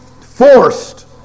forced